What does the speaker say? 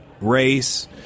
race